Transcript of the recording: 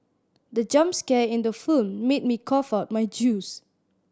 the jump scare in the film made me cough out my juice